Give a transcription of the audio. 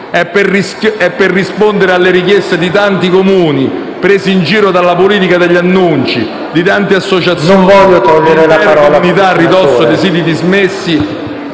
È per rispondere alle richieste di tanti Comuni presi in giro dalla politica degli annunci, di tante associazioni e di intere comunità a ridosso di siti dismessi